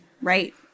Right